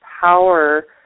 power